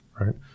Right